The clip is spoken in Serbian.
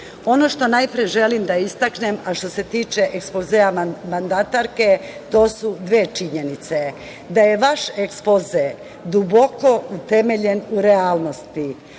što najpre želim da istaknem, a što se tiče ekspozea mandatarke to su dve činjenice. Da je vaš ekspoze duboko utemeljen u realnosti,